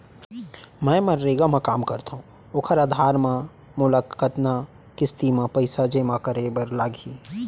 मैं मनरेगा म काम करथो, ओखर आधार म मोला कतना किस्ती म पइसा जेमा करे बर लागही?